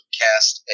cast